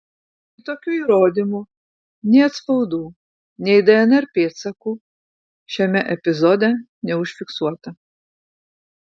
kitokių įrodymų nei atspaudų nei dnr pėdsakų šiame epizode neužfiksuota